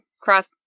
cross